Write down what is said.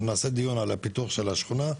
אנחנו נעשה דיון על הפיתוח של השכונה.